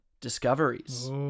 discoveries